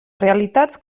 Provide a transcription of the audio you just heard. realitats